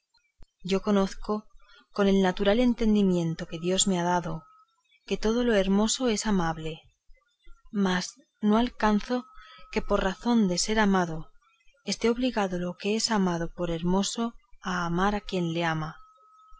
yo conozco con el natural entendimiento que dios me ha dado que todo lo hermoso es amable mas no alcanzo que por razón de ser amado esté obligado lo que es amado por hermoso a amar a quien le ama